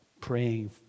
praying